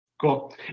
Cool